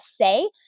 say